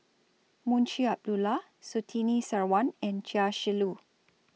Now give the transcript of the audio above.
Munshi Abdullah Surtini Sarwan and Chia Shi Lu